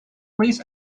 please